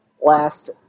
last